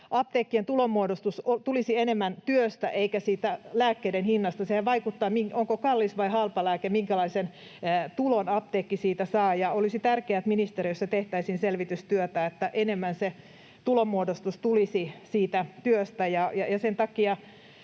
apteekkien tulonmuodostus tulisi enemmän työstä eikä siitä lääkkeiden hinnasta. Sehän, onko kallis vai halpa lääke, vaikuttaa siihen, minkälaisen tulon apteekki siitä saa. Ja olisi tärkeää, että ministeriössä tehtäisiin selvitystyötä, niin että enemmän se tulonmuodostus tulisi siitä työstä.